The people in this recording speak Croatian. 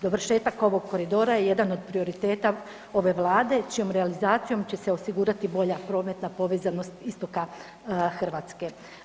Dovršetak ovog koridora je jedan od prioriteta ove Vlade čijom realizacijom će se osigurati bolja prometna povezanost istoka Hrvatske.